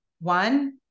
one